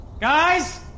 Guys